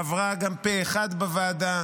עברה גם פה אחד בוועדה,